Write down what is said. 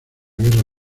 guerra